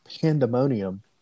pandemonium